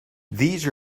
these